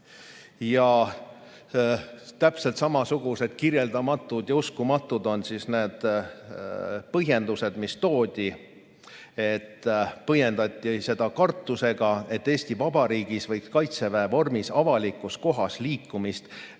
Ja täpselt samasugused kirjeldamatud ja uskumatud on põhjendused, mis toodi. Seda põhjendati kartusega, et Eesti Vabariigis võib Kaitseväe vormis avalikus kohas liikumise